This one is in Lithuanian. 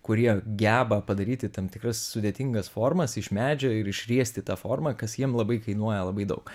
kurie geba padaryti tam tikras sudėtingas formas iš medžio ir išriesti tą formą kas jiem labai kainuoja labai daug